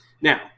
Now